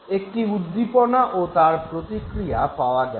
একটি উদ্দীপনা ও তার প্রতিক্রিয়া পাওয়া গেল